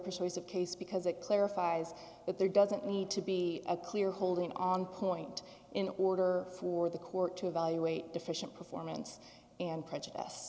persuasive case because it clarifies that there doesn't need to be a clear holding on point in order for the court to evaluate deficient performance and prejudice